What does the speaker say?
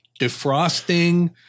defrosting